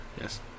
Yes